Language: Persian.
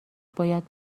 باید